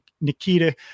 Nikita